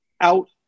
out